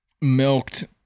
milked